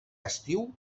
estiu